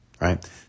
right